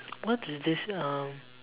what is this um